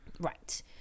Right